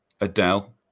Adele